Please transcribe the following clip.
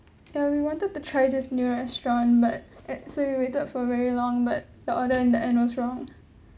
ya we wanted to try this new restaurant but at so we waited for very long but the order in the end was wrong